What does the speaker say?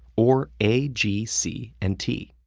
or a, g, c, and t.